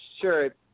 sure